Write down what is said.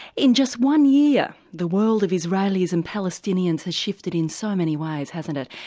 in just one year the world of israelis and palestinians has shifted in so many ways, hasn't it?